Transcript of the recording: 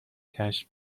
کشف